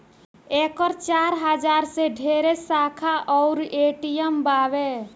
एकर चार हजार से ढेरे शाखा अउर ए.टी.एम बावे